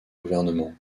gouvernement